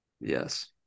Yes